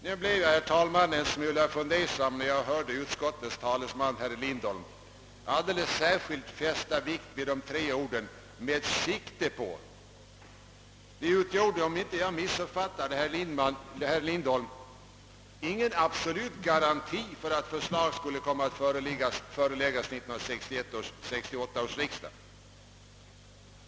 Nu blev jag, herr talman, en smula fundersam, när jag hörde utskottets talesman, herr Lindholm, alldeles särskilt fästa vikt vid de tre orden »med sikte på». De utgjorde, om jag inte missuppfattade herr Lindholm, inte någon absolut garanti för att förslag skulle komma att föreläggas 1968 års riksdag.